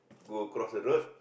go across the road